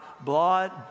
blood